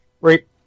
right